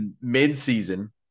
mid-season